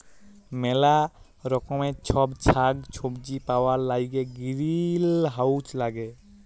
ম্যালা রকমের ছব সাগ্ সবজি পাউয়ার ল্যাইগে গিরিলহাউজ ল্যাগে